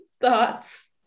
Thoughts